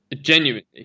Genuinely